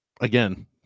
again